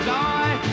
die